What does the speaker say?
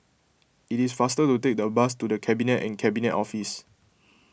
it is faster to take the bus to the Cabinet and Cabinet Office